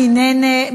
מי נגד?